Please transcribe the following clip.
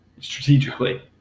strategically